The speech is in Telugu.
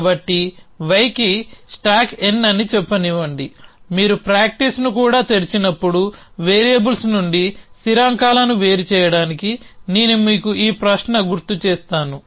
కాబట్టి yకి స్టాక్ n అని చెప్పనివ్వండి మీరు ప్రాక్టీస్ని కూడా తెరిచినప్పుడు వేరియబుల్స్ నుండి స్థిరాంకాలను వేరు చేయడానికి నేను మీకు ఈ ప్రశ్న గుర్తు చేస్తాను